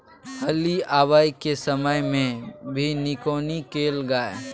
फली आबय के समय मे भी निकौनी कैल गाय?